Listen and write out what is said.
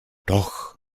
doch